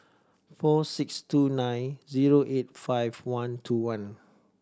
four six two nine zero eight five one two one